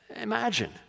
Imagine